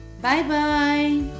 Bye-bye